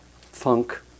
funk